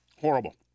Horrible